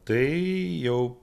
tai jau